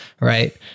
right